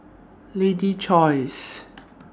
Lady's Choice